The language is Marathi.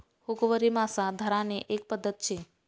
हुकवरी मासा धरानी एक पध्दत शे